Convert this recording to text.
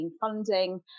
funding